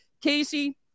Casey